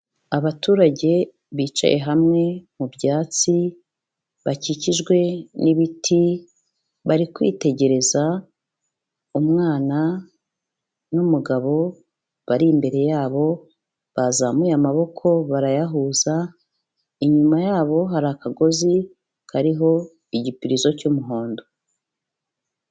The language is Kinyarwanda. Abaturage bicaye hamwe mu byatsi bakikijwe n'ibiti, bari kwitegereza umwana n'umugabo bari imbere yabo bazamuye amaboko barayahuza, inyuma yabo hari akagozi kariho igipirizo cy'umuhondo.